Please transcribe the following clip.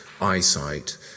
eyesight